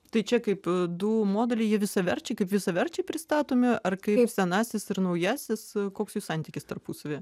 tai čia kaip du modeliai jie visaverčiai kaip visaverčiai pristatomi ar kaip senasis ir naujasis koks jų santykis tarpusavyje